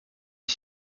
est